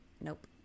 nope